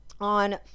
on